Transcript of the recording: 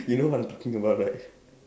you know what I'm talking about right